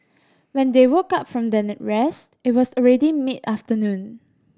when they woke up from their rest it was already mid afternoon